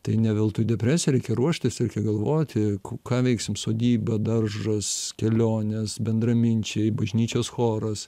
tai ne veltui depresija reikia ruoštis reikia galvoti ką veiksim sodyba daržas kelionės bendraminčiai bažnyčios choras